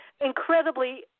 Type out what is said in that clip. incredibly